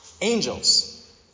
Angels